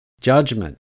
judgment